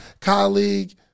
colleague